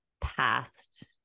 past